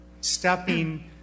stepping